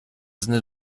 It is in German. sinne